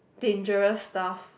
dangerous stuff